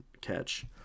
catch